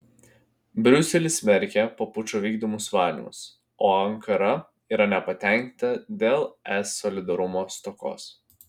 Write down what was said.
briuselis smerkia po pučo vykdomus valymus o ankara yra nepatenkinta dėl es solidarumo stokos